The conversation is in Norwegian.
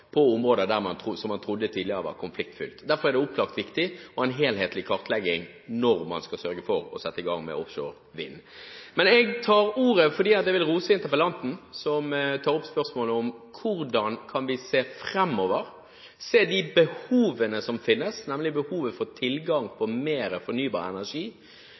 områder. Derfor er det opplagt viktig å ha en helhetlig kartlegging når man skal sørge for å sette i gang med offshore vind. Jeg tar ordet fordi jeg vil rose interpellanten, som tar opp spørsmålet om hvordan vi kan se framover, se de behovene som finnes, nemlig behovene for tilgang på mer fornybar energi.